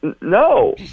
No